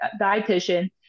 dietitian